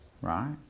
right